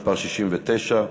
מס' 69,